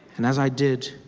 and as i did,